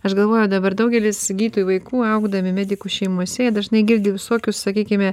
aš galvoju dabar daugelis gydytojų vaikų augdami medikų šeimose jie dažnai girdi visokius sakykime